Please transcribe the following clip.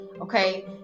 okay